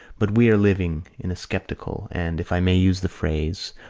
but we are living in a sceptical and, if i may use the phrase,